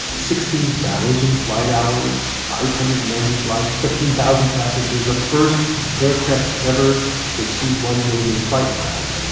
sixteen thousand flight hours, five hundred and ninety flights, thirteen thousand passengers. the first aircraft ever to exceed one million flight miles,